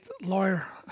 lawyer